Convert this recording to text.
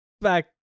back